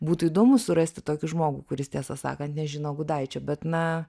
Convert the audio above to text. būtų įdomu surasti tokį žmogų kuris tiesą sakant nežino gudaičio bet na